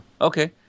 Okay